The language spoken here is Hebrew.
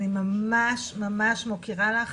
אני ממש ממש מוקירה לך